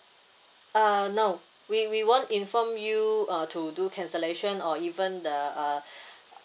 uh no we we won't inform you uh to do cancellation or even the uh